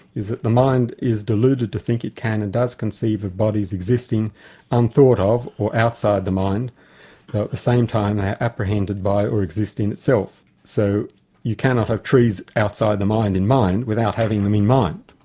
is that the mind is deluded to think it can and does conceive of bodies existing unthought of, or outside the mind, and at the same time they are apprehended by or exist in itself. so you cannot have trees outside the mind in mind without having them in mind.